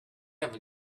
have